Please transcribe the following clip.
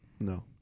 No